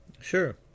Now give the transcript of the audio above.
Sure